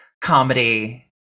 comedy